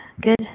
good